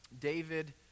David